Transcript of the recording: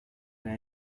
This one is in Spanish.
era